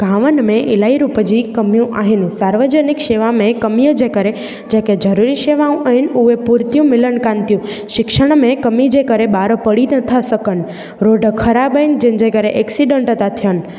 गामनि में इलाही रूप जी कमियूं आहिनि सार्वजनिक शेवा में कमीअ जे करे जेके ज़रूरी शेवाऊं आहिनि उहे पुर्तियूं मिलनि कोन थियूं शिक्षण में कमी जे करे ॿार पढ़ी नथा सघनि रोड ख़राब आहिनि जंहिंजे करे एक्सीडेंट था थियनि